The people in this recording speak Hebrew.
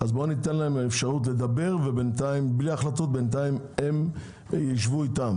בוא ניתן להם אפשרות לדבר בלי החלטות אבל בינתיים הם ישבו ביחד.